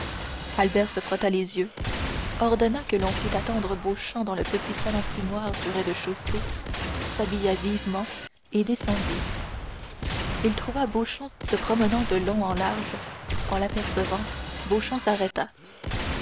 albert se frotta les yeux ordonna que l'on fît attendre beauchamp dans le petit salon fumoir du rez-de-chaussée s'habilla vivement et descendit il trouva beauchamp se promenant de long en large en l'apercevant beauchamp s'arrêta